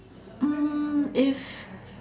um if